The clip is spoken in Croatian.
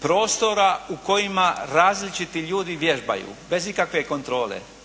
prostora u kojima različiti ljudi vježbaju bez ikakve kontrole.